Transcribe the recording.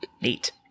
Neat